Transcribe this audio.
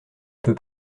peux